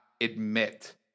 admit